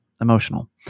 Emotional